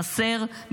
חסר,